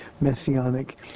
messianic